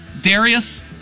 Darius